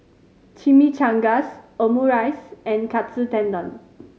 Chimichangas Omurice and Katsu Tendon